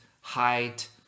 height